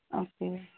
okay